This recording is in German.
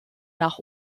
nach